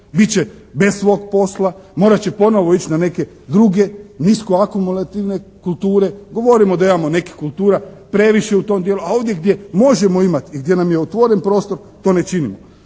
će bez svog posla. Morat će ponovno ići na neke druge nisko akumulativne kulture. Govorimo da imamo nekih kultura previše u tom dijelu, a ovdje gdje možemo imati i gdje nam je otvoren prostor to ne činimo.